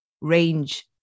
range